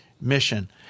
mission